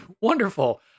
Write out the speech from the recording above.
wonderful